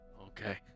Okay